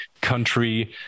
country